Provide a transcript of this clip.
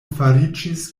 fariĝis